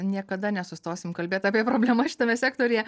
niekada nesustosim kalbėt apie problemas šitame sektoriuje